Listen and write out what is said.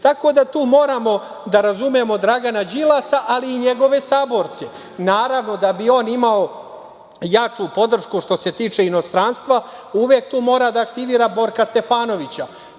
da tu moramo da razumemo Dragana Đilasa, ali i njegove saborce. Naravno, da bi on imao jaču podršku što se tiče inostranstva, uvek tu mora da aktivira Borka Stefanovića.